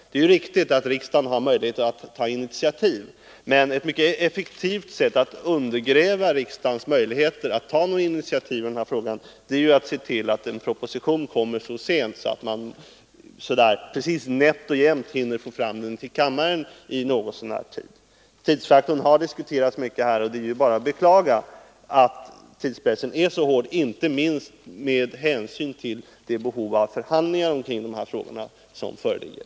Det är riktigt att riksdagen har möjlighet att ta initiativ, men ett mycket aktivt sätt att undergräva riksdagens möjlighet att ta några initiativ i en sådan här fråga är att se till att propositionen kommer så sent att man nätt och jämt hinner få fram ärendet i kammaren i tid. Tidsfaktorn har diskuterats mycket här, och det är bara att beklaga att tidspressen varit så hård, inte minst med hänsyn till det behov av förhandlingar kring de här frågorna som föreligger.